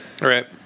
right